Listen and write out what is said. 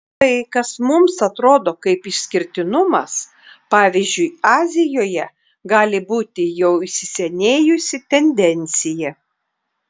tai kas mums atrodo kaip išskirtinumas pavyzdžiui azijoje gali būti jau įsisenėjusi tendencija